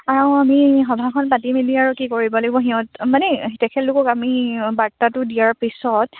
আৰু আমি সভাখন পাতি মেলি আৰু কি কৰিব লাগিব সিহঁত মানে তেখেতলোকক আমি বাৰ্তাটো দিয়াৰ পিছত